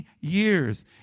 years